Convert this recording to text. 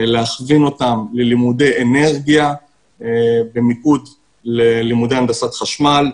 להכווין אותם ללימודי אנרגיה במיקוד ללימודי הנדסת חשמל.